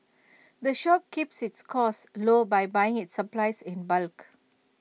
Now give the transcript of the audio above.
the shop keeps its costs low by buying its supplies in bulk